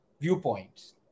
viewpoints